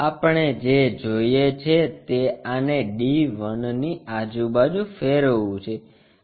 આપણે જે જોઈએ છે તે આને d1 ની આજુબાજુ ફેરવવું છે